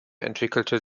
entwickelte